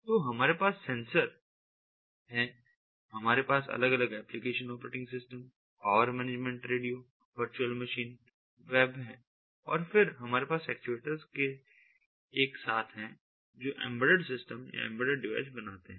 तो हमारे पास सेंसर हैं हमारे पास अलग अलग application operating system power management radio virtual machine web हैं और फिर हमारे पास ये एक्चुएटर्स एक साथ हैं जो एम्बेडेड सिस्टम या एम्बेडेड डिवाइस बनाते हैं